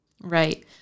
Right